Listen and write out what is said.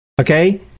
okay